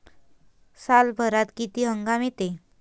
सालभरात किती हंगाम येते?